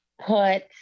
put